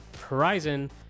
Horizon